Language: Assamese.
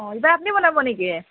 অঁ এইবাৰ আপুনি বনাব নেকি